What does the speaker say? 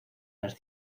las